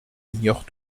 ignore